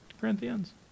Corinthians